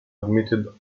admitted